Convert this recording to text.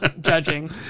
judging